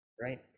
right